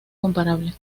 comparable